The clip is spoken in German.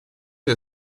für